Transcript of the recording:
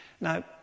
Now